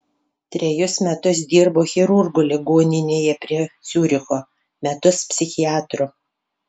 trejus metus dirbo chirurgu ligoninėje prie ciuricho metus psichiatru